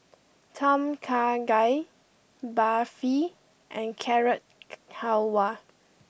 Tom Kha Gai Barfi and Carrot Halwa